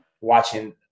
watching